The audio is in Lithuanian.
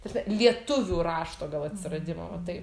ta prasme lietuvių rašto gal atsiradimo o taip